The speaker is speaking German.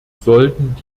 sollten